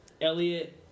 Elliot